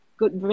good